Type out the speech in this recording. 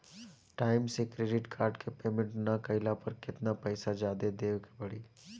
Time से credit card के payment ना कैला पर केतना पईसा जादे देवे के पड़ी?